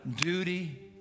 duty